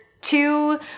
two